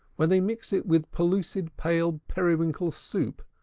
when they mix it with pellucid pale periwinkle-soup,